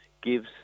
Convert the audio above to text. gives